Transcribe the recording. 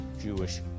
Jewish